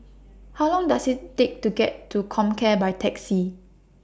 How Long Does IT Take to get to Comcare By Taxi